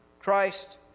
Christ